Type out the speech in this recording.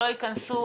שלא ייכנסו